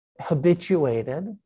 habituated